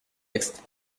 texte